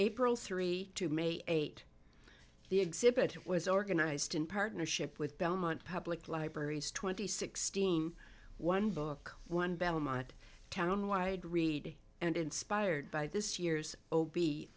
april three to may eight the exhibit was organized in partnership with belmont public libraries twenty sixteen one book one belmont town wide read and inspired by this year's o